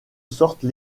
sorte